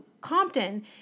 Compton